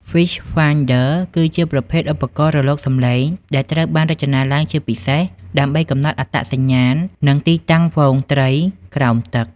Fish Finder គឺជាប្រភេទ ឧបករណ៍រលកសំឡេង ដែលត្រូវបានរចនាឡើងជាពិសេសដើម្បីកំណត់អត្តសញ្ញាណ និងទីតាំងហ្វូងត្រីក្រោមទឹក។